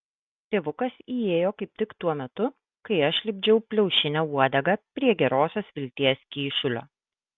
tėvukas įėjo kaip tik tuo metu kai aš lipdžiau plaušinę uodegą prie gerosios vilties kyšulio